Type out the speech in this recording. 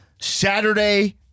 Saturday